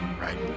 right